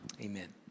Amen